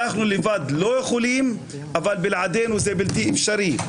אנחנו לבד לא יכולים, אבל בלעדינו זה בלתי אפשרי.